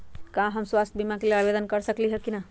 का हम स्वास्थ्य बीमा के लेल आवेदन कर सकली ह की न?